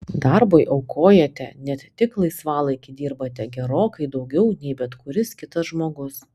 darbui aukojate net tik laisvalaikį dirbate gerokai daugiau nei bet kuris kitas žmogus